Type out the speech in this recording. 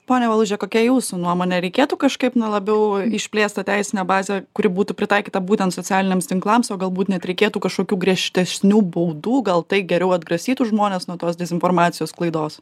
ponia valuže kokia jūsų nuomonė reikėtų kažkaip labiau išplėst tą teisinę bazę kuri būtų pritaikyta būtent socialiniams tinklams o galbūt net reikėtų kažkokių griežtesnių baudų gal tai geriau atgrasytų žmones nuo tos dezinformacijos sklaidos